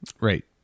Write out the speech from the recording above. Right